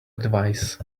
advice